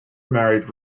married